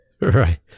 right